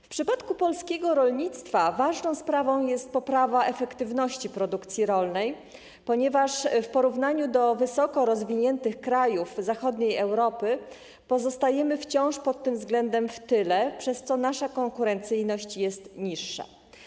W przypadku polskiego rolnictwa ważną sprawą jest poprawa efektywności produkcji rolnej, ponieważ w porównaniu z wysoko rozwiniętymi krajami zachodniej Europy pozostajemy wciąż pod tym względem w tyle, przez co nasza konkurencyjność jest niższa.